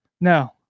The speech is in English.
No